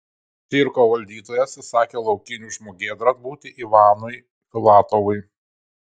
cirko valdytojas įsakė laukiniu žmogėdra būti ivanui filatovui